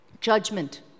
judgment